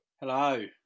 Hello